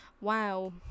wow